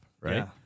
right